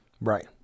Right